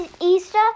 Easter